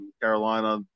Carolina